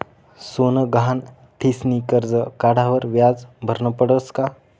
सोनं गहाण ठीसनी करजं काढावर व्याज भरनं पडस का?